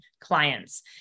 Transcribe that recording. clients